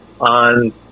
on